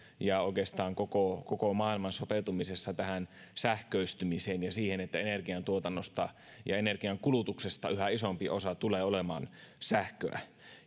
ja oikeastaan koko koko maailman sopeutumisessa tähän sähköistymiseen ja siihen että energiantuotannosta ja energiankulutuksesta yhä isompi osa tulee olemaan sähköä